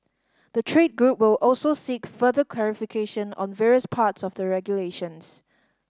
the trade group will also seek further clarification on various parts of the regulations